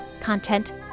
Content